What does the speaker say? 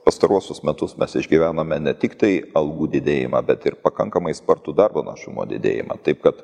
pastaruosius metus mes išgyvenome ne tiktai algų didėjimą bet ir pakankamai spartų darbo našumo didėjimą taip kad